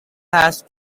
had